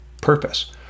purpose